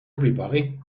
everybody